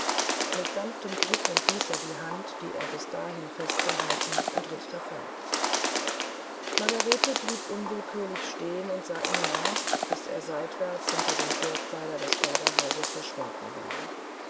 mit sanftem druck entließ er die hand die er bis dahin festgehalten und ritt davon margarete blieb unwillkürlich stehen und sah ihm nach bis er seitwärts hinter dem thorpfeiler des vorderhauses verschwunden war